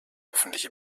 öffentliche